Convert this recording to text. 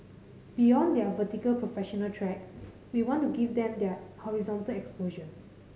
beyond their vertical professional track we want to give them their horizontal exposure